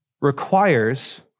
requires